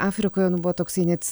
afrikoje nu buvo toksai net